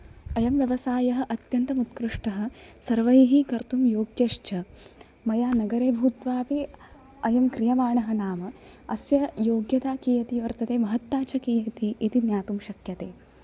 अयं व्यवसायः अत्यन्तम् उत्कृष्टः सर्वैः कर्तुं योग्यश्च मया नगरे भूत्वा अपि अयं क्रियमाणः नाम अस्य योग्यता कियती वर्तते महत्ता च कियती इति ज्ञातुं शक्यते